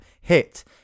hit